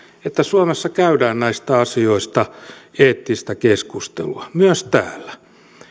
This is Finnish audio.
että suomessa käydään näistä asioista eettistä keskustelua myös täällä